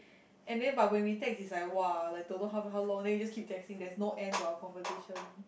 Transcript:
and then but when we text is like !wah! like don't know how how long then just keep texting there's no end to our conversation